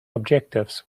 objectives